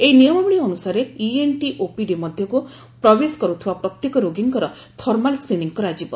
ଏହି ନିୟମାବଳୀ ଅନ୍ତସାରେ ଇଏନ୍ଟି ଓପିଡି ମଧ୍ୟକୁ ପ୍ରବେଶ କରୁଥିବା ପ୍ରତ୍ୟେକ ରୋଗୀଙ୍କର ଥର୍ମାଲ୍ ସ୍କ୍ରିନିଂ କରାଯିବ